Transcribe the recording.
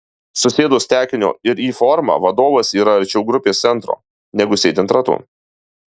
susėdus tekinio ir y forma vadovas yra arčiau grupės centro negu sėdint ratu